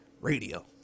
Radio